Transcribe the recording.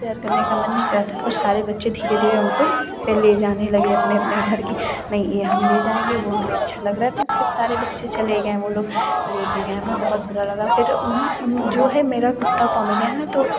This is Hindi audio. शेयर करने का मन नहीं करता पर सारे बच्चे धीरे धीरे उनको ले जाने लगे अपने अपने घर की नहीं हम ले जाएँगे वह हमें अच्छा लग रहा है तो फ़िर सारे बच्चे चले गए हैं वह लोग लेकर गए हमें बहुत बुरा लगा फ़िर जो है मेरा कुत्ता पोमेलियन है तो